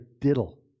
diddle